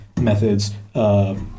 methods